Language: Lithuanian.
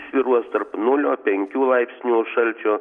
svyruos tarp nulio penkių laipsnių šalčio